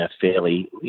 fairly